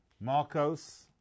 Marcos